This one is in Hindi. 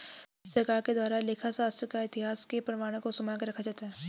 सरकार के द्वारा लेखा शास्त्र का इतिहास के प्रमाणों को सम्भाल के रखा जाता है